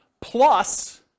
plus